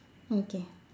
okay